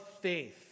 faith